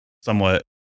somewhat